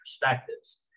Perspectives